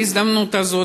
בהזדמנות הזאת,